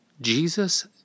Jesus